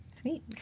sweet